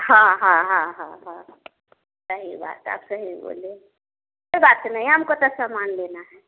ह ह ह ह ह ह सही बात आप सही बोले कोई बात नय हमको त समान लेना हैं